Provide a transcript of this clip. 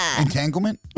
Entanglement